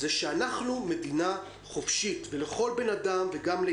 שאנחנו מדינה חופשית ולכל אדם וגם לכל